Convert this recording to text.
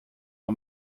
uma